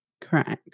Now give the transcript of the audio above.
Correct